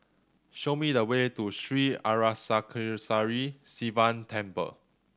show me the way to Sri Arasakesari Sivan Temple